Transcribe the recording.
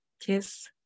kiss